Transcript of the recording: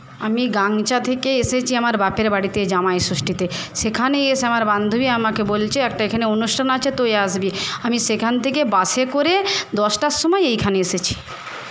আমি গাংচা থেকে এসেছি আমার বাপের বাড়িতে জামাইষষ্ঠীতে সেখানে এসে আমার বান্ধবী আমাকে বলছে একটা এখানে অনুষ্ঠান আছে তুই আসবি আমি সেখান থেকে বাসে করে দশটার সময় এইখানে এসেছি